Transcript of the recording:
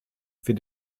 für